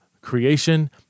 creation